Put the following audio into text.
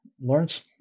Lawrence